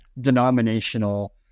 denominational